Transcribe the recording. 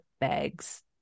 bags